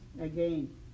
Again